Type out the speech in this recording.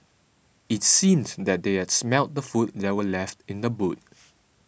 it seemed that they had smelt the food that were left in the boot